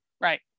Right